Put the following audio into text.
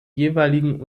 jeweiligen